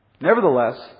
nevertheless